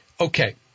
Okay